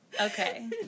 Okay